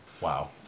Wow